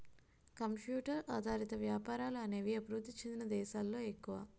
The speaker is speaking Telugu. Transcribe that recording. కంప్యూటర్ ఆధారిత వ్యాపారాలు అనేవి అభివృద్ధి చెందిన దేశాలలో ఎక్కువ